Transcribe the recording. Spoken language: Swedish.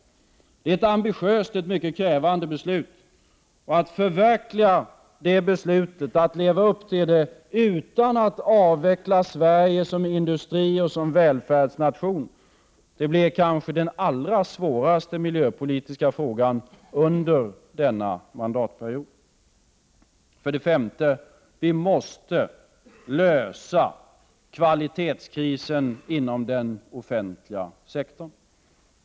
Det är ett ambitiöst och mycket krävande beslut. Att förverkliga och leva upp till det beslutet utan att avveckla Sverige som industrioch välfärdsnation blir kanske den allra svåraste miljöpolitiska frågan under denna mandatperiod. För det femte: Vi måste lösa kvalitetskrisen inom den offentliga sektorn.